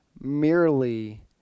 merely